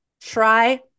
Try